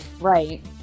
right